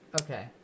Okay